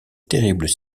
terribles